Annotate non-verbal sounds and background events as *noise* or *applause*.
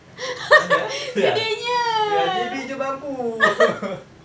!hanna! ya ya J_B jer mampu *laughs*